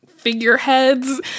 figureheads